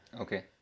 Okay